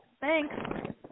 Thanks